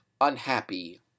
unhappy